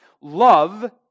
love